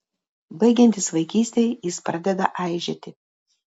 baigiantis vaikystei jis pradeda aižėti